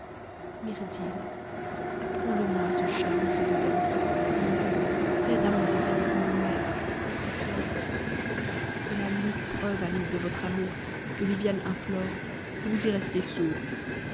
myrdhinn apprends le moi ce charme fait de danse dis cède à mon désir mon maître aie confiance c'est là l'unique preuve ami de votre amour que viviane implore et vous y restez sourd